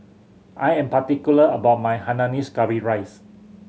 I am particular about my hainanese curry rice